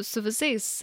su visais